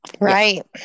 Right